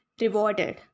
rewarded